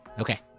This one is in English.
Okay